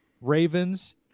Ravens